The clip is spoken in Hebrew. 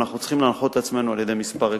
צריכים להנחות את עצמנו על-ידי כמה עקרונות.